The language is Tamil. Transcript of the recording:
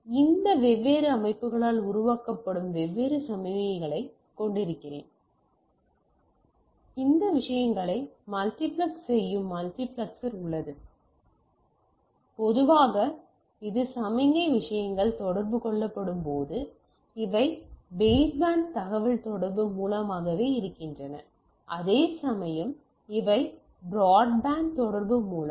இப்போது இந்த வெவ்வேறு அமைப்புகளால் உருவாக்கப்படும் வெவ்வேறு சமிக்ஞைகளைக் கொண்டிருக்கிறேன் பின்னர் இந்த விஷயங்களை மல்டிபிளெக்ஸ் செய்யும் மல்டிபிளெக்சர் உள்ளது பொதுவாக இது சமிக்ஞை விஷயங்கள் தொடர்பு கொள்ளப்படும்போது இவை பேஸ்பேண்ட் தகவல்தொடர்பு மூலமாகவே இருக்கின்றன அதேசமயம் இவை பிராட்பேண்ட் தொடர்பு மூலம்